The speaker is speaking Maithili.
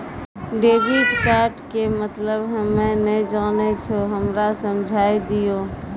डेबिट कार्ड के मतलब हम्मे नैय जानै छौ हमरा समझाय दियौ?